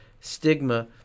stigma